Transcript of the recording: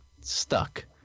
stuck